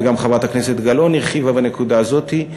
וגם חברת הכנסת גלאון הרחיבה בנקודה הזאת.